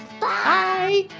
Bye